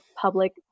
public